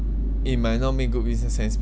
it might not make good business sense